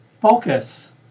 focus